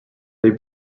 they